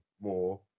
more